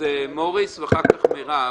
אז מוריס ואחר כך מירב.